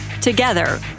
Together